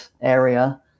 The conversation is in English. area